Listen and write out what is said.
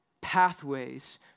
pathways